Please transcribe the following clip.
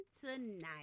tonight